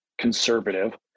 conservative